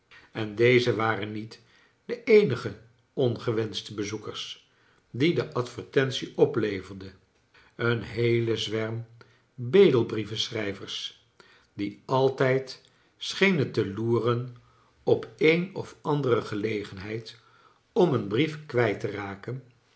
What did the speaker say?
en deze waren niet de eenige ongewenschte bezoekers die de advertentie opleverde een heele zwerm bedelbrieven schrijvers die altijd schenen te loeren op een of andere gelegenheid om een brief kwijt te raken